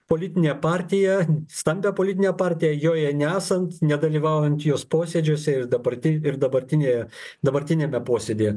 politinė partija stambią politinę partiją joje nesant nedalyvaujant jos posėdžiuose ir dabarti ir dabartinėje dabartiniame posėdyje